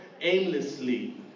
aimlessly